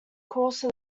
course